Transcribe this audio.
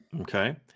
Okay